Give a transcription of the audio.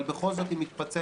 אבל בכל זאת היא מתפצלת,